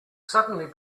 suddenly